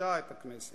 מחלישה את הכנסת.